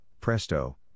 Presto